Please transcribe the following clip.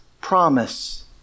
promise